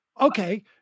okay